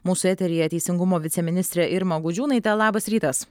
mūsų eteryje teisingumo viceministrė irma gudžiūnaitė labas rytas